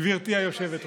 גברתי היושבת-ראש.